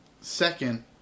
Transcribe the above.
Second